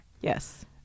Yes